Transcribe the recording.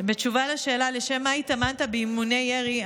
בתשובה על השאלה לשם מה הוא התאמן באימוני ירי,